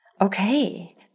Okay